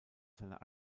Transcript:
seiner